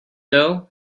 doe